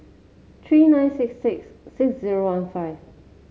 three nine six six six zero one five